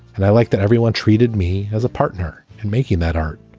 and i like that everyone treated me as a partner in making that art.